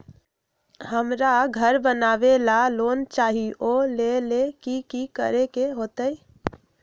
हमरा घर बनाबे ला लोन चाहि ओ लेल की की करे के होतई?